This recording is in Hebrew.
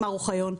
מר אוחיון,